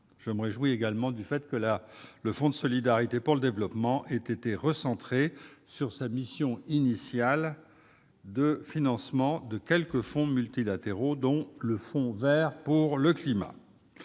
Je me réjouis également que le Fonds de solidarité pour le développement ait été recentré sur sa mission initiale : le financement de quelques fonds multilatéraux, dont le Fonds vert pour le climat.